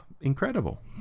incredible